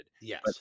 Yes